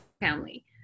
family